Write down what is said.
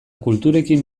kulturekin